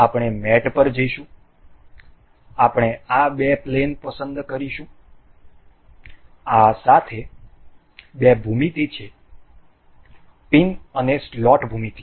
આપણે મેટ પર જઈશું અમે આ બે પ્લેનો પસંદ કરીશું આ સાથે બે ભૂમિતિ છે પિન અને સ્લોટ ભૂમિતિ